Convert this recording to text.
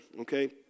Okay